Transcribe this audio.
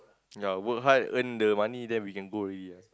ya work hard earn the money then we can go already ah